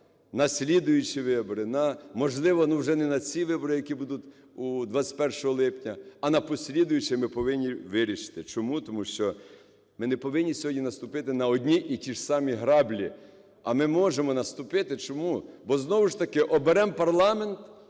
на слідуючі вибори на, можливо, ну, вже не на ці вибори, які будуть 21 липня, а на слідуючі ми повинні вирішити. Чому? Тому що ми не повинні сьогодні наступити на одні і ті ж самі граблі, а ми можемо наступити. Чому? Бо знову ж таки оберемо парламент